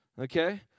okay